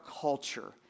culture